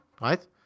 right